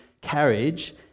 carriage